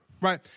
right